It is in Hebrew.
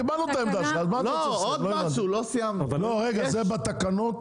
אני יכול לגדל